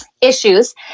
issues